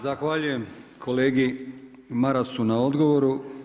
Zahvaljujem kolegi Marasu na odgovoru.